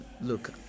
look